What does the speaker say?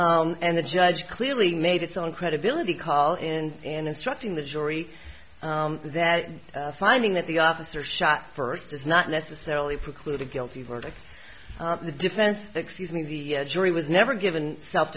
e and the judge clearly made its own credibility call in and instructing the jury that finding that the officer shot first is not necessarily preclude a guilty verdict the defense excuse me the jury was never given self